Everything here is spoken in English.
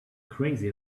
crazy